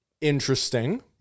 Interesting